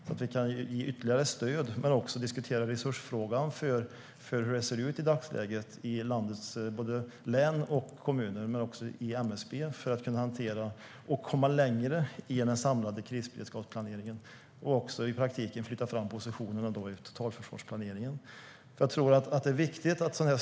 På det viset kan vi ge ytterligare stöd och diskutera hur resursfrågan ser ut i dagsläget i landets län och kommuner, men också inom MSB, för att kunna hantera och komma längre med den samlade krisberedskapsplaneringen och i praktiken flytta fram positionerna i totalförsvarsplaneringen.